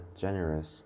generous